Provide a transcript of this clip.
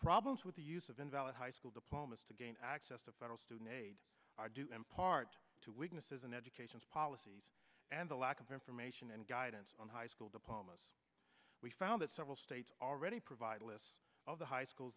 problems with the use of invalid high school diplomas to gain access to federal student aid are due in part to weaknesses in education policies and the lack of information and guidance on high school diplomas we found that several states already provide a list of the high schools